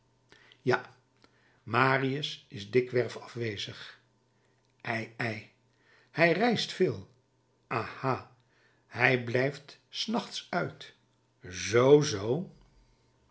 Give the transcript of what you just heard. ja marius is dikwerf afwezig ei ei hij reist veel aha hij blijft s nachts uit zoo zoo